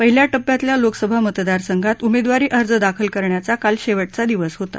पहिल्या टप्प्यातल्या लोकसभा मतदारसंघात उमेदवारी अर्ज दाखल करण्याचा काल शेवटचा दिवस होता